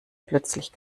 plötzlich